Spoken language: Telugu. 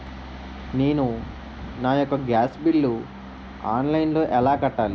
నేను నా యెక్క గ్యాస్ బిల్లు ఆన్లైన్లో ఎలా కట్టాలి?